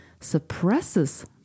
suppresses